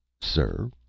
Sir